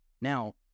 Now